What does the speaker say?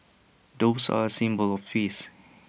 doves are A symbol of peace